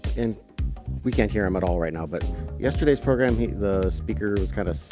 and we can't hear him at all right now, but yesterday's program. he the speaker was kind of